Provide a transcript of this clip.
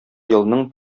елның